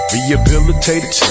Rehabilitated